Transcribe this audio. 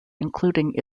including